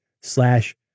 slash